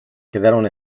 quedaron